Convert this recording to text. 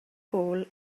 gôl